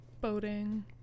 boating